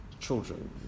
children